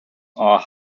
are